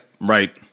Right